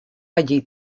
allí